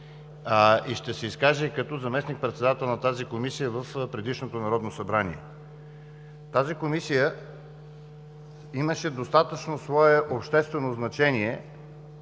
Ще се изкажа и като заместник-председател на тази Комисия в предишното Народно събрание. Тази Комисия имаше достатъчно обществено значение